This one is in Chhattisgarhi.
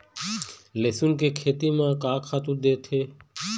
लेसुन के खेती म का खातू देथे?